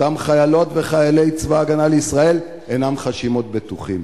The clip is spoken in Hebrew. אותם חיילות וחיילי צבא-הגנה לישראל אינם חשים עוד בטוחים.